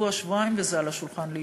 שבוע-שבועיים וזה על השולחן לאישור.